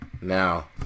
Now